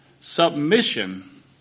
submission